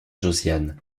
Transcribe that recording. josiane